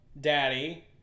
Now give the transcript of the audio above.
daddy